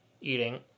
eating